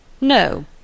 No